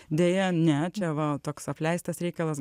deja ne čia va toks apleistas reikalas